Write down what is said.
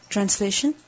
Translation